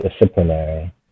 disciplinary